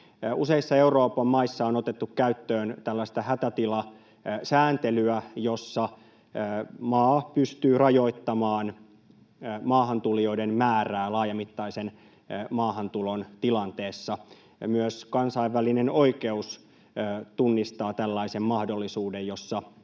Useissa Euroopan maissa on otettu käyttöön tällaista hätätilasääntelyä, jossa maa pystyy rajoittamaan maahantulijoiden määrää laajamittaisen maahantulon tilanteessa, ja myös kansainvälinen oikeus tunnistaa tällaisen mahdollisuuden,